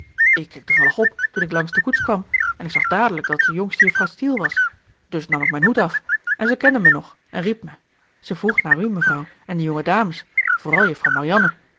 ik keek toevallig op toen ik langs de koets kwam en ik zag dadelijk dat het de jongste juffrouw steele was dus nam ik mijn hoed af en zij kende mij nog en riep mij en ze vroeg naar u mevrouw en de jonge dames vooral juffrouw marianne